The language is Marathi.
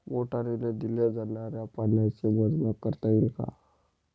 मोटरीने दिल्या जाणाऱ्या पाण्याचे मोजमाप करता येईल का?